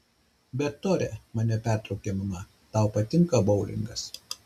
bet tore mane pertraukė mama tau patinka boulingas